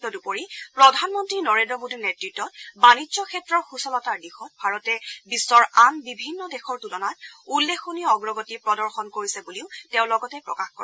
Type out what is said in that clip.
তদুপৰি প্ৰধানমন্ত্ৰী নৰেদ্ৰ মোদীৰ নেতৃত্ত বাণিজ্য ক্ষেত্ৰৰ সূচলতাৰ দিশত ভাৰতে বিশ্বৰ আন বিভিন্ন দেশৰ তুলনাত উল্লেখনীয় অগ্ৰগতি প্ৰদৰ্শন কৰিছে বুলিও তেওঁ লগতে প্ৰকাশ কৰে